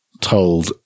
told